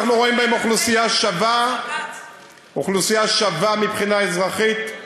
אנחנו רואים בהם אוכלוסייה שווה מבחינה אזרחית.